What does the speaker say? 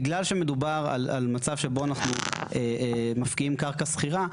בגלל שמדובר על מצב שבו אנחנו מפקיעים קרקע סחירה,